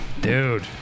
Dude